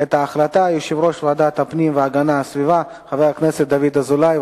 את ההחלטה יושב-ראש הפנים והגנת הסביבה חבר הכנסת דוד אזולאי.